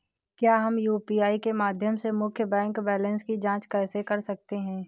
क्या हम यू.पी.आई के माध्यम से मुख्य बैंक बैलेंस की जाँच कर सकते हैं?